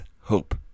hope